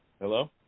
Hello